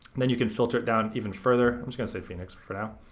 then you can filter it down even further. i'm just gonna say phoenix for now.